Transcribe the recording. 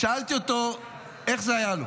שאלתי אותו איך זה היה לו.